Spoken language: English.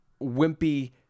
wimpy